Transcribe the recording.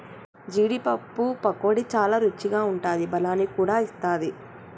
జీడీ పప్పు పకోడీ చాల రుచిగా ఉంటాది బలాన్ని కూడా ఇస్తది